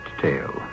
tale